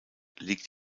liegt